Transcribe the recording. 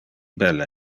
belle